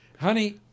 Honey